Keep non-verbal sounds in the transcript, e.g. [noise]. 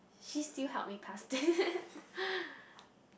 she still help me pass [laughs]